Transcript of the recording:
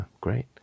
great